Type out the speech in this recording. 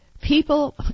people